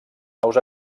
naus